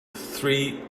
three